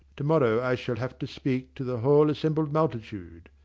to-morrow i shall have to speak to the whole assembled multitude.